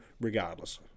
regardless